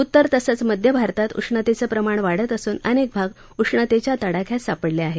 उत्तर तसंव मध्य भारतात उष्णतेचं प्रमाण वाढतं असून अनेक भाग उष्णतेच्या तडाख्यात सापडले आहेत